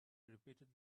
repeated